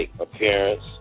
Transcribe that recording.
appearance